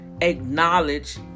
acknowledge